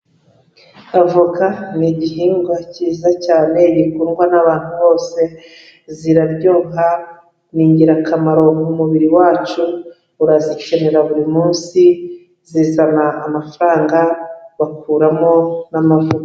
Avoka ni igihingwa cyiza cyane gikundwa n'abantu bose, ziraryoha ni ingirakamaro mu mubiri wacu, urazikenera buri munsi, zizana amafaranga bakuramo n'amavuta.